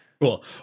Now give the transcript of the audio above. Cool